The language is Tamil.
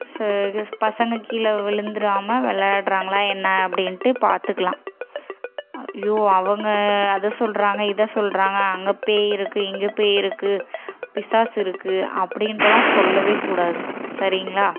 ச கெஸ் பசங்க கீழே விழுந்துறாம விளாடுறாங்களா என்னா அப்படின்ட்டு பார்த்துக்கிலாம் ஐயோ அவங்க அதை சொல்கிறாங்க இதை சொல்கிறாங்க அங்கே பேய் இருக்கு இங்கே பேய் இருக்கு பிசாசு இருக்கு அப்படின்ட்டுலாம் சொல்லவே கூடாது சரிங்களா